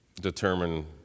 determine